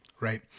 right